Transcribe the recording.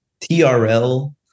TRL